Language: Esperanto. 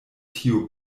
tiu